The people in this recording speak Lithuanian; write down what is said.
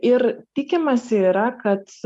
ir tikimasi yra kad